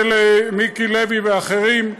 ולמיקי לוי ואחרים,